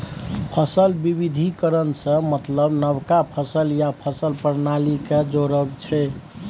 फसल बिबिधीकरण सँ मतलब नबका फसल या फसल प्रणाली केँ जोरब छै